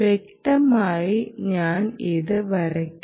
വ്യക്തതയ്ക്കായി ഞാൻ ഇത് വരയ്ക്കാം